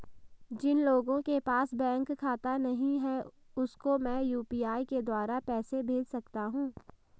जिन लोगों के पास बैंक खाता नहीं है उसको मैं यू.पी.आई के द्वारा पैसे भेज सकता हूं?